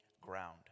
ground